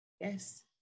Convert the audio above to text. yes